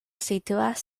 situas